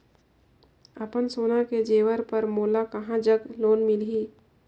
अपन सोना के जेवर पर मोला कहां जग लोन मिलही?